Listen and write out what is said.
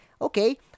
Okay